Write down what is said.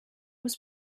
was